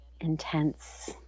intense